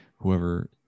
Whoever